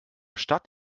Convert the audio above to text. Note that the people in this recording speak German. stadt